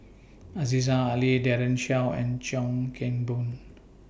Aziza Ali Daren Shiau and Chuan Keng Boon